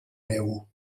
neu